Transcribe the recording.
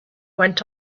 went